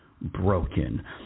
broken